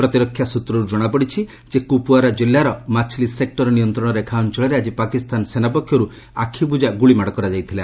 ପ୍ରତିରକ୍ଷା ସ୍ରତ୍ରରୁ ଜଣାପଡ଼ିଛି ଯେ କୁପ୍ୱାରା କିଲ୍ଲାର ମାଛିଲି ସେକ୍ର ନିୟନ୍ତ୍ରଣ ରେଖା ଅଞ୍ଚଳରେ ଆଜି ପାକିସ୍ତାନ ସେନା ପକ୍ଷରୁ ଆଖିବୁଝା ଗୁଳି ମାଡ଼ କରାଯାଇଥିଲା